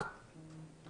במקרה הזה,